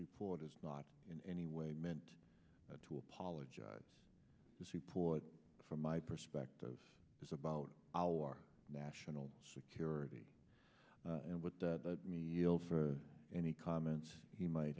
report is not in any way meant to apologize it's the support from my perspective is about our national security and with meals for any comments he might